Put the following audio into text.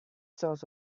sort